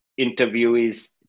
interviewees